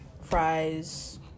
fries